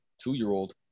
two-year-old